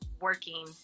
working